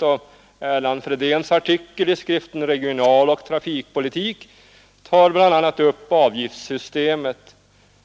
av Erland Fredéns artikel i skriften Regionaloch trafikpolitik, tar bl.a. upp avgiftssystemet.